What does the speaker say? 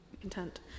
Content